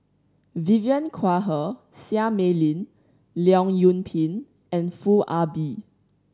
Vivien Quahe Seah Mei Lin Leong Yoon Pin and Foo Ah Bee